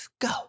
go